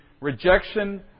rejection